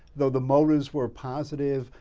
though the motives were positive.